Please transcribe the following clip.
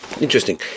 Interesting